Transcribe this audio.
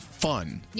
fun